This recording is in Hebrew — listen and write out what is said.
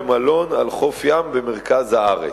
למלון על חוף ים במרכז הארץ.